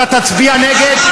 אתה תצביע נגד,